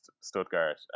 Stuttgart